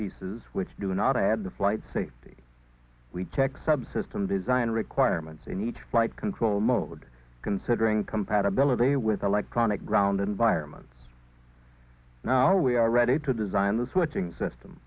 pieces which do not add to flight safety check subsystem design requirements in each flight control mode considering compatibility with electronic ground environments now we are ready to design the switching system